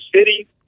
city